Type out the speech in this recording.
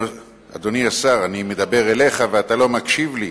אדוני השר, אני מדבר אליך ואתה לא מקשיב לי.